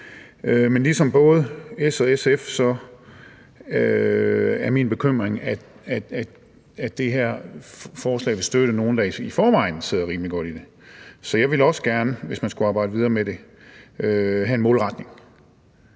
som hos både S og SF er det min bekymring, at det her forslag vil støtte nogle, der i forvejen sidder rimelig godt i det, så jeg ville, hvis man skulle arbejde videre med det, også gerne have en målretning,